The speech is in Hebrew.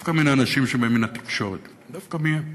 דווקא מן האנשים שבאים מהתקשורת, דווקא מהם,